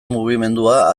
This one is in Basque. mugimendua